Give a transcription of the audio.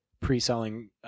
Pre-selling